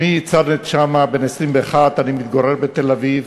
שמי צרנט שאמה, בן 21. אני מתגורר בתל-אביב